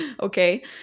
Okay